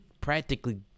practically